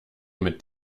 mit